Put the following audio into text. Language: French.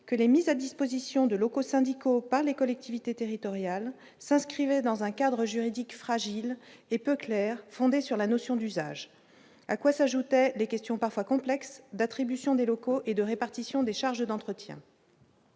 que les mises à disposition de locaux syndicaux par les collectivités territoriales s'inscrivait dans un cadre juridique fragile et peu claire, fondée sur la notion d'usage, à quoi s'ajoutait des questions parfois complexe d'attribution des locaux et de répartition des charges d'entretien.